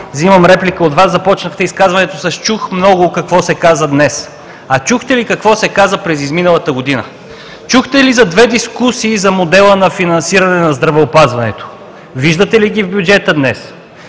взимам реплика от Вас. Започнахте изказването с „Чух много какво се каза днес“. А чухте ли какво се каза през изминалата година? Чухте ли за две дискусии за модела на финансиране на здравеопазването? Виждате ли ги в бюджета днес?